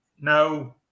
no